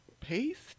Paste